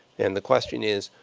and the question is,